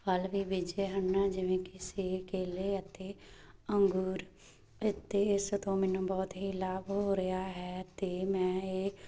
ਫਲ ਵੀ ਬੀਜੇ ਹਨ ਜਿਵੇਂ ਕਿ ਸੇਬ ਕੇਲੇ ਅਤੇ ਅੰਗੂਰ ਅਤੇ ਇਸ ਤੋਂ ਮੈਨੂੰ ਬਹੁਤ ਹੀ ਲਾਭ ਹੋ ਰਿਹਾ ਹੈ ਅਤੇ ਮੈਂ ਇਹ